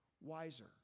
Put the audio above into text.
wiser